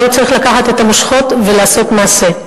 אלא הוא צריך לקחת את המושכות ולעשות מעשה.